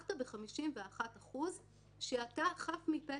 הוכחת ב-51% שאתה חף מפשע.